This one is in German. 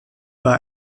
bei